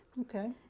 Okay